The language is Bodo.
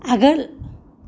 आगोल